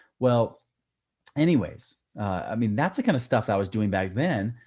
well anyways i mean, that's the kind of stuff that i was doing back then,